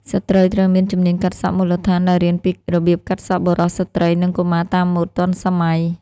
ស្ត្រីត្រូវមានជំនាញកាត់សក់មូលដ្ឋាន ដែលរៀនពីរបៀបកាត់សក់បុរស ស្ត្រី និងកុមារតាមម៉ូដទាន់សម័យ។